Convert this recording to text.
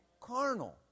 carnal